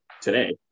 today